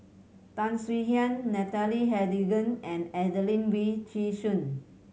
Tan Swie Hian Natalie Hennedige and Adelene Wee Chin Suan